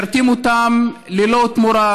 משרתים אותם ללא תמורה,